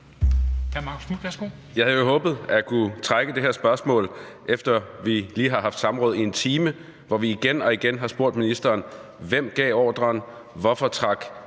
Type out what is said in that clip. Jeg havde jo håbet at kunne trække det her spørgsmål, efter at vi lige har haft samråd i 1 time, hvor vi igen og igen har spurgt ministeren: Hvem gav ordren, og hvorfor trak